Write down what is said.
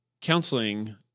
counseling